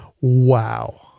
wow